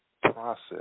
process